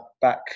back